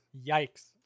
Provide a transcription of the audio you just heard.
Yikes